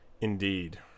indeed